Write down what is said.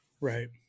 right